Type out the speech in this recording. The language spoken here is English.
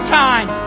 time